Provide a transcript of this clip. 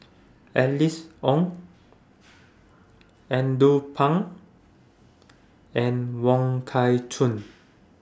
Alice Ong Andrew Phang and Wong Kah Chun